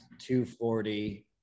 240